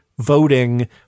voting